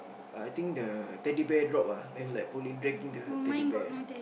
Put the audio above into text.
uh I think the Teddy Bear drop ah then he like pulling dragging the Teddy Bear